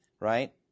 Right